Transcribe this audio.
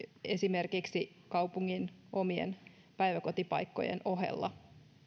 esimerkiksi kaupungin omien päiväkotipaikkojen ohella